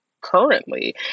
currently